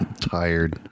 Tired